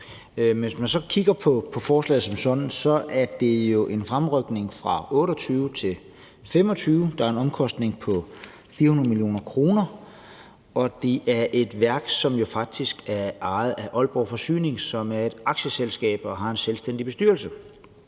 hvis man kigger på forslaget som sådan, ser man, at det jo handler om en fremrykning fra 2028 til 2025, en omkostning på 400 mio. kr. og om et værk, som jo faktisk er ejet af Aalborg Forsyning, som er et aktieselskab og har en selvstændig bestyrelse.